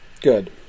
good